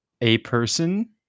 A-Person